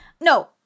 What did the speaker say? No